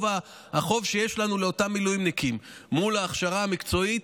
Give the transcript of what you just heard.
שיש לנו לאותם מילואימניקים מול ההכשרה המקצועית,